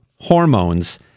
hormones